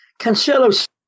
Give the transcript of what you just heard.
Cancelo